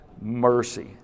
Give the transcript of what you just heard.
mercy